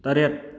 ꯇꯔꯦꯠ